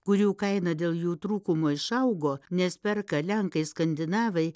kurių kaina dėl jų trūkumo išaugo nes perka lenkai skandinavai